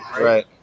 Right